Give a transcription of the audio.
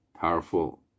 powerful